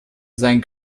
sein